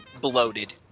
Bloated